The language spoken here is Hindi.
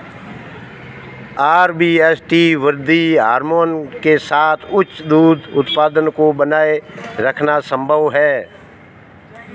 आर.बी.एस.टी वृद्धि हार्मोन के साथ उच्च दूध उत्पादन को बनाए रखना संभव है